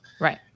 Right